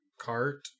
cart